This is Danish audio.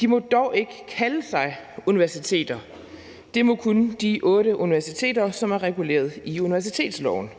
De må dog ikke kalde sig universiteter. Det må kun de otte universiteter, som er reguleret i universitetsloven.